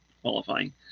qualifying